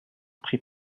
pris